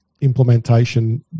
implementation